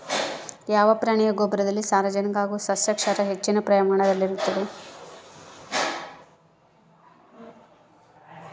ಯಾವ ಪ್ರಾಣಿಯ ಗೊಬ್ಬರದಲ್ಲಿ ಸಾರಜನಕ ಹಾಗೂ ಸಸ್ಯಕ್ಷಾರ ಹೆಚ್ಚಿನ ಪ್ರಮಾಣದಲ್ಲಿರುತ್ತದೆ?